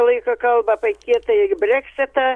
laiką kalba apie kietąjį breksitą